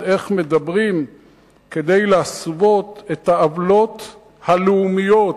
איך מדברים כדי להסוות את העוולות הלאומיות,